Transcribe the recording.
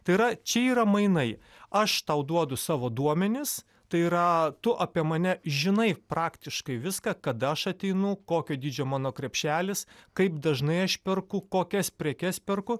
tai yra čia yra mainai aš tau duodu savo duomenis tai yra tu apie mane žinai praktiškai viską kada aš ateinu kokio dydžio mano krepšelis kaip dažnai aš perku kokias prekes perku